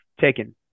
taken